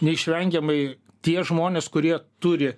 neišvengiamai tie žmonės kurie turi